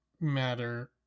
matter